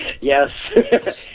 Yes